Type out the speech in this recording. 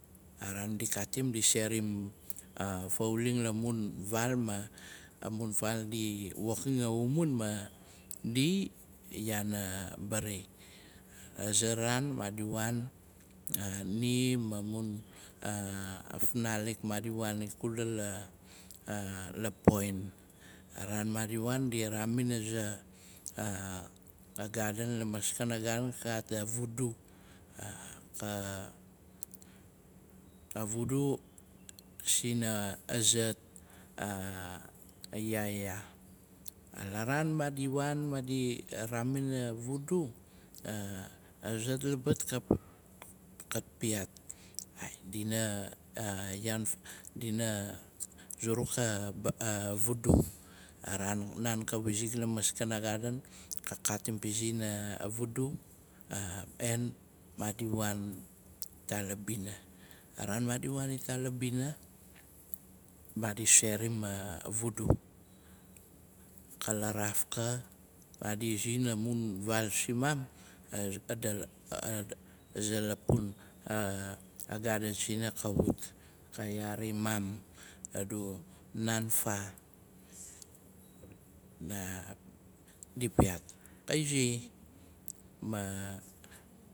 A raan di katim, di serim fauling la mun vaal, ma amun vaal di woxin a umun, ma di yaan a bari. Aza raan maadi waan, ni ma mun fnalik. Madi waan ikula la- la poin. A raan maadi waan, di raamin a- aza gaden. Lamaskana gaden, ka gat a vudu. A vudu sina aza yaayaa. La raan maadi waan, ma raamin a vudu, aza labat kat piat. "Ai, dina zuruk a vudu". A raan nanka wizik lamaskana gaden, ka katim pizin a vudu, en maadi waan ita labina. A raan maadi waan ita la bina, maadi serim a vudu. Ka laraafka, maadi zi la munfal zimam, aza lapun, a gaden sina ka wut. Kayaan mam adu, "nan fa?" Ma di piat, ka izi.